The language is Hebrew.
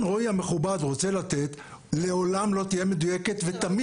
רועי המכובד רוצה לתת ל עולם לא תהיה מדויקת ותמיד תהיה סתמית.